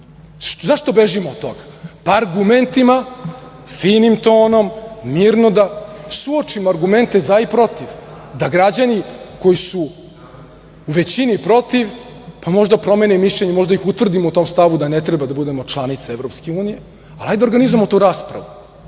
Zašto bežimo od toga? Argumentima, finim tonom, mirno da suočimo argumente za i protiv, da građani koji su u većini protiv možda promene mišljenje, možda ih utvrdimo u tom stavu da ne treba da budemo članica EU. Hajde da organizujemo tu raspravu.